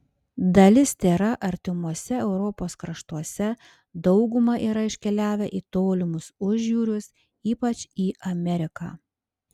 dalis tėra artimuose europos kraštuose dauguma yra iškeliavę į tolimus užjūrius ypač į ameriką